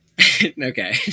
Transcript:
okay